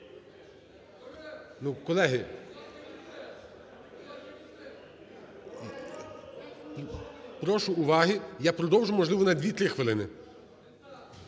колеги… Прошу уваги, я продовжу. Можливо, на 2-3 хвилини.